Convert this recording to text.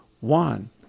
One